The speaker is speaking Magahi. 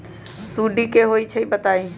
सुडी क होई छई बताई?